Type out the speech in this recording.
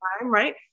right